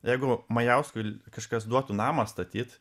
jeigu majauskui kažkas duotų namą statyt